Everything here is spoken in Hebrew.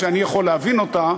שאני יכול להבין אותה,